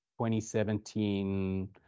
2017